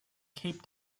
cape